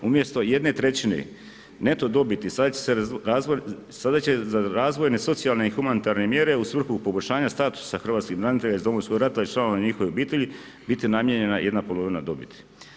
Umjesto jedne trećine neto dobiti sada će za razvojne, socijalne i humanitarne mjere u svrhu poboljšanja hrvatskih branitelja iz Domovinskog rata i članova njihovih obitelji biti namijenjena jedna polovina dobiti.